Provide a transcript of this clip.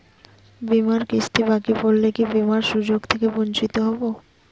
বিমার কিস্তি বাকি পড়লে কি বিমার সুযোগ থেকে বঞ্চিত হবো?